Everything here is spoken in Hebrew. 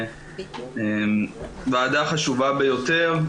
הוועדה חשובה ביותר.